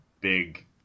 big